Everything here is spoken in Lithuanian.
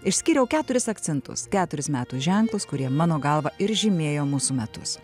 išskyriau keturis akcentus keturis metų ženklus kurie mano galva ir žymėjo mūsų metus